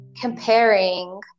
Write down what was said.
comparing